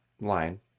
line